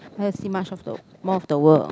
I like to see much of the more of the world